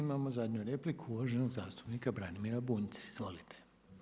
I imamo zadnju repliku uvaženog zastupnika Branimira Bunjca, izvolite.